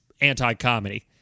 anti-comedy